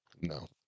no